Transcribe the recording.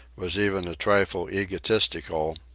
was even a trifle egotistical,